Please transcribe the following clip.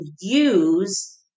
use